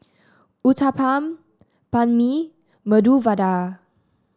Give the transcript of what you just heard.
Uthapam Banh Mi Medu Vada